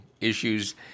issues